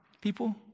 people